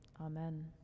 Amen